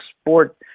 sport